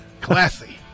classy